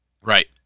Right